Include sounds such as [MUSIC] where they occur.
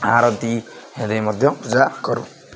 ଆରତୀ [UNINTELLIGIBLE] ମଧ୍ୟ ପୂଜା କରୁ